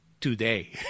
today